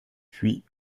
puis